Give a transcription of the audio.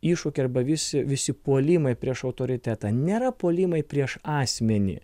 iššūkiai arba visi visi puolimai prieš autoritetą nėra puolimai prieš asmenį